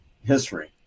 History